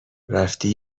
رفتی